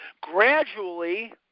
Gradually